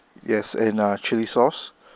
yes and uh chilli sauce